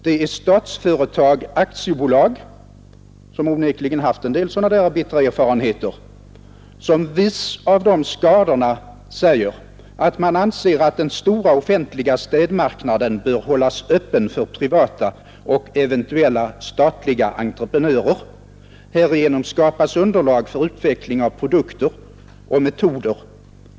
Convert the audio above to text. Det är Statsföretag AB, som onekligen haft en del sådana där bittra erfarenheter, och som vis av de skadorna säger att man anser ”att den stora offentliga städmarknaden bör hållas öppen för privata och eventuella statliga entreprenörer. Härigenom skapas underlag för utveckling av produkter och metoder.